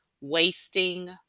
wasting